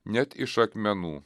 net iš akmenų